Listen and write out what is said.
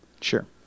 Sure